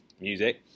music